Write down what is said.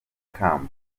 kamba